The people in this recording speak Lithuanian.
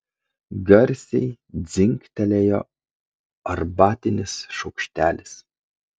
garsiai dzingtelėjo arbatinis šaukštelis